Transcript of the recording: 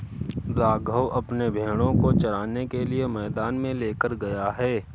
राघव अपने भेड़ों को चराने के लिए मैदान में लेकर गया है